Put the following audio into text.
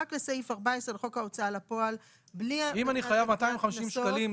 רק לסעיף 14 לחוק ההוצאה לפועל בלי המרכז לגביית קנסות,